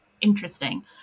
interesting